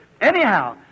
Anyhow